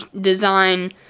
design